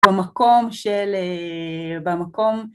במקום של, במקום